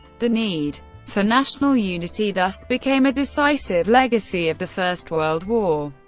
the need for national unity thus became a decisive legacy of the first world war.